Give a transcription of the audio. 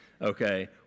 okay